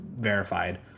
verified